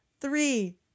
three